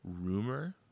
rumor